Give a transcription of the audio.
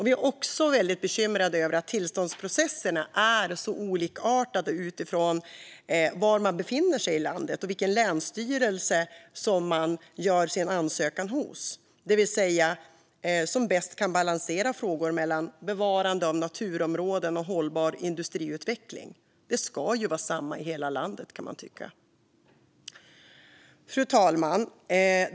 Vi är också väldigt bekymrade över att tillståndsprocesserna är så olikartade utifrån var man befinner sig i landet och vilken länsstyrelse som man gör sin ansökan hos. Det handlar om hur man bäst kan balansera frågor mellan bevarande av naturområden och hållbar industriutveckling. Det ska ju vara samma i hela landet, kan man tycka. Fru talman!